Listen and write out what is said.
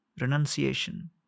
renunciation